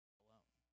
alone